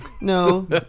No